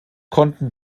konnten